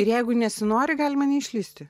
ir jeigu nesinori galima neišlįsti